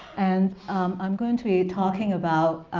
and i'm going to be talking about